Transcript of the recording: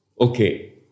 Okay